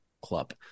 Club